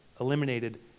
eliminated